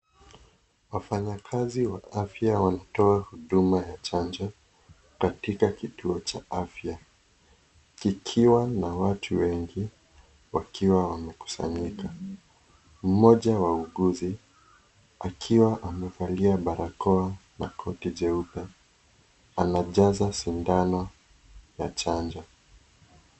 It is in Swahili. Wafanyakazi wa afya wanatoa huduma ya chanjo katika kituo cha afya kikiwa na watu wengi wakiwa wamekusanyika mmoja wa wauguzi akiwa amevalia barakoa na koti jeupe anajaza sindano ya chanjo.